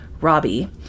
Robbie